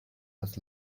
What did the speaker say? was